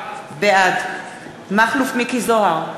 בעד מכלוף מיקי זוהר,